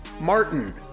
Martin